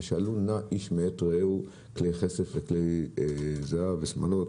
ושאלנו נא איש מעת רעהו כלי כסף וכלי זהב ושמלות.